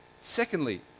Secondly